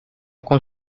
con